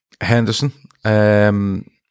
Henderson